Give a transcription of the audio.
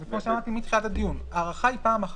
כמו שאמרתי מתחילת הדיון, ההארכה היא פעם אחת.